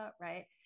right